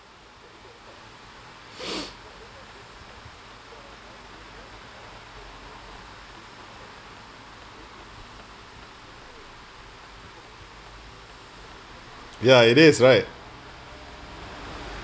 ya it is right